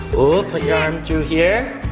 put your arm through here.